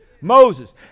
Moses